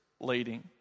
leading